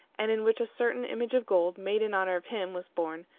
and in which a certain image of gold, made in honor of him, was borne,